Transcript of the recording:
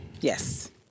Yes